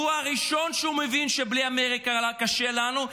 שהוא הראשון שמבין שבלי אמריקה קשה לנו,